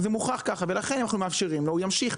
ולכן אנחנו מאפשרים לו והוא ימשיך.